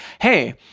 hey –